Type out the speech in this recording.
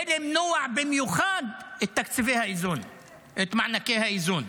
ולמנוע במיוחד את מענקי האיזון